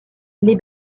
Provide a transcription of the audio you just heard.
les